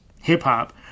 hip-hop